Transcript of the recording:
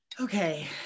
Okay